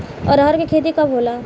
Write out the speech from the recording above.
अरहर के खेती कब होला?